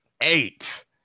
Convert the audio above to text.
eight